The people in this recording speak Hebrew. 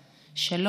בקורונה,